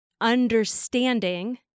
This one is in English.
understanding